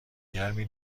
گرمی